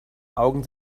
augen